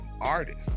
artist